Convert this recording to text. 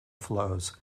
flows